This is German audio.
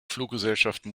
fluggesellschaften